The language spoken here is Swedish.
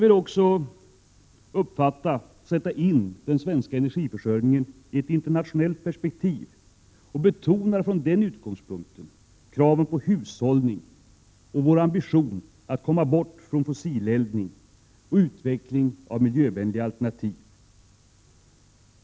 Den linjen vill också sätta in den svenska energiförsörjningen i ett internationellt perspektiv och betonar från den utgångspunkten kravet på hushållning, nödvändigheten att på sikt minska fossileldningen och att utveckla miljövänliga energialternativ.